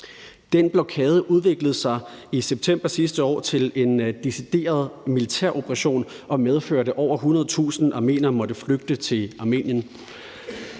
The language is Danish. Den blokade udviklede sig i september sidste år til en decideret militæroperation og medførte, at over 100.000 armenere måtte flygte til Armenien.